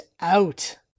out